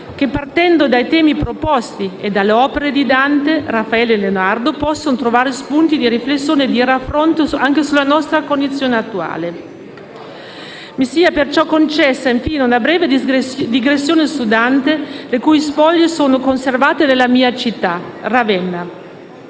che, partendo dai temi proposti e dalle opere di Dante, Raffaello e Leonardo, possono trovare spunti di riflessione e di raffronto anche sulla nostra condizione attuale. Mi sia perciò concessa, infine, una breve digressione su Dante, le cui spoglie sono conservate nella mia città, Ravenna.